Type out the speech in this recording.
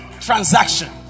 transaction